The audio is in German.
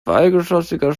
zweigeschossiger